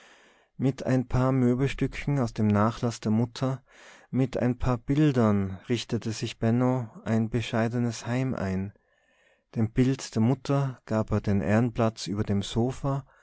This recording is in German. mit ein paar möbelstücken aus dem nachlaß der mutter mit ein paar bildern richtete sich benno ein bescheidenes heim ein dem bild der mutter gab er den ehrenplatz über dem sofa